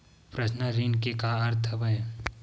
Personal ऋण के का अर्थ हवय?